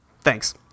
Thanks